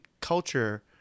culture